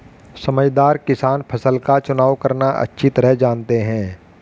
समझदार किसान फसल का चुनाव करना अच्छी तरह जानते हैं